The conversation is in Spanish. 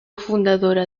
fundadora